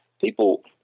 people